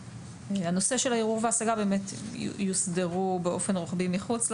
הנושא של הערעור וההשגה יוסדר באופן רוחבי מחוץ לחקיקה,